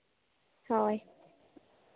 ᱦᱳᱭ